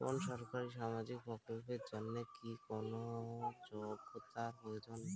কোনো সরকারি সামাজিক প্রকল্পের জন্য কি কোনো যোগ্যতার প্রয়োজন?